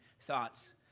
thoughts